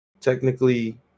technically